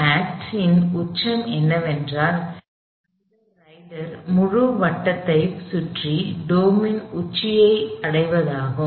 இந்த ஆக்ட் இன் உச்சம் என்னவென்றால் அந்த ரைடர் முழு வட்டத்தை சுற்றி டோம் இன் உச்சியை அடைவதாகும்